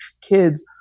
kids